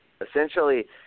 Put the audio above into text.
Essentially